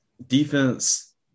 Defense